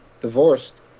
divorced